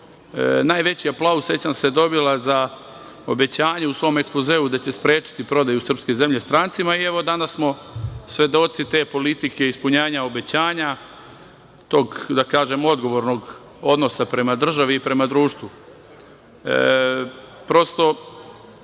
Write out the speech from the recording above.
najveći aplauz, sećam se, dobila, za obećanje u svom ekspozeu da će sprečiti prodaju srpske zemlje strancima i evo danas smo svedoci te politike, ispunjenje obećanja, tog odgovornog odnosa prema državi i prema društvu. Prosto,